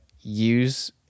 use